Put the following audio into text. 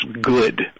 good